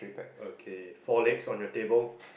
okay four legs on your table